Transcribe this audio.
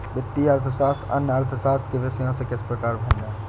वित्तीय अर्थशास्त्र अन्य अर्थशास्त्र के विषयों से किस प्रकार भिन्न है?